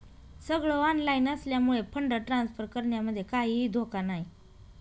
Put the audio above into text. सगळ ऑनलाइन असल्यामुळे fund transfer करण्यामध्ये काहीही धोका नाही